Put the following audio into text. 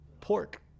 pork